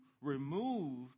remove